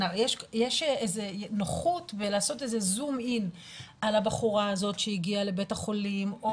יש נוחות בלעשות זום-אין על הבחורה הזאת שהגיעה לבית החולים או